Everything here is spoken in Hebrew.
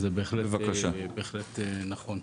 זה בהחלט נכון.